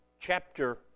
chapter